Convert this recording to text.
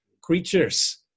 creatures